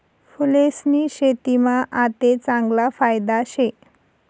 फूलेस्नी शेतीमा आते चांगला फायदा शे